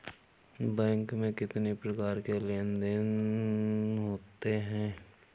Bank में कितनी प्रकार के लेन देन देन होते हैं?